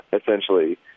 essentially